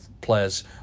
players